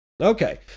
Okay